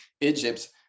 egypt